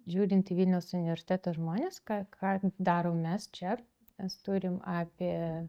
žiūrint į vilniaus universiteto žmones ką ką darom mes čia mes turim apie